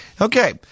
Okay